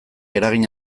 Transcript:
eragin